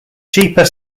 cheaper